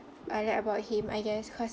I like about him I guess cause